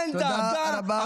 אין דאגה.